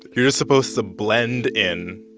you're just supposed to blend in,